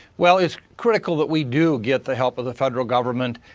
well, it's critical that we do get the help of the federal government.